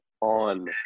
on